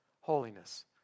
holiness